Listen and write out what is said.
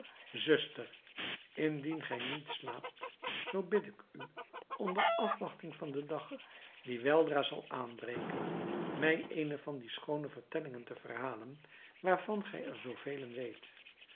zuster indien gij niet slaapt zoo bid ik u onder afwachting van den dag die weldra zal aanbreken mij eene van die schoone vertellingen te verhalen waarvan gij er zoo velen weet